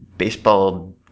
baseball